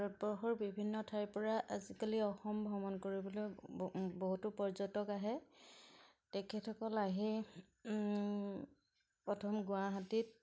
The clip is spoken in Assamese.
ভাৰতবৰ্ষৰ বিভিন্ন ঠাইৰ পৰা আজিকালি অসম ভ্ৰমণ কৰিবলৈ বহুতো পৰ্যটক আহে তেখেতসকল আহি প্ৰথম গুৱাহাটীত